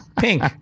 Pink